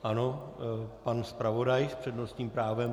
Ano, pan zpravodaj s přednostním právem.